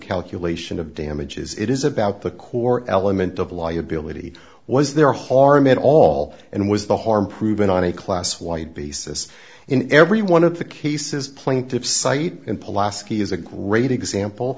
calculation of damages it is about the core element of liability was there harm at all and was the harm proven on a class wide basis in every one of the cases plaintiffs cite polaski as a great example